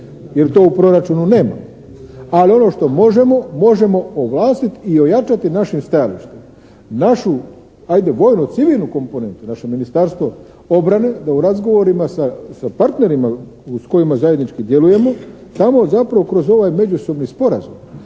jer to u proračunu nema, ali ono što možemo možemo ovlastiti i ojačati naše stajalište. Našu ajde vojnu, civilnu komponentu, naše Ministarstvo obrane da u razgovorima sa partnerima uz kojima zajednički djelujemo tamo zapravo kroz ovaj međusobni sporazum